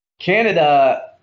Canada